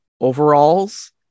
overalls